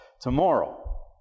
tomorrow